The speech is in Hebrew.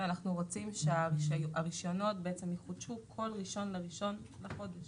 אנחנו רוצים שהרישיונות יחודשו כל ראשון בראשון לחודש.